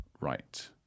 right